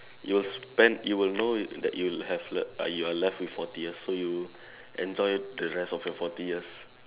you'll spend you will know that you'll have le~ uh you are left with forty years so you enjoy the rest of your forty years